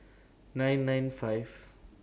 nine nine five